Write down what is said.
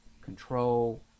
control